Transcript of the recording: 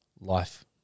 life